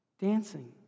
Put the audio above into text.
dancing